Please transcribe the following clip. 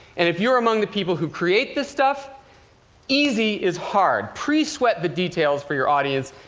and if you're among the people who create this stuff easy is hard. pre-sweat the details for your audience.